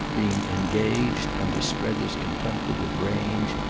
being engaged, under strether's contemplative range,